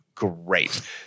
Great